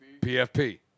PFP